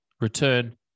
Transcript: return